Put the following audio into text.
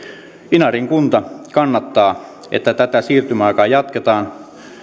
inarin kunta kannattaa että tätä siirtymäaikaa jatketaan